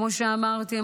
כמו שאמרתי,